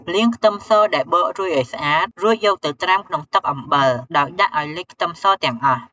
លាងខ្ទឹមសដែលបករួចឱ្យស្អាត រួចយកទៅត្រាំក្នុងទឹកអំបិល ដោយដាក់ឱ្យលិចខ្ទឹមសទាំងអស់។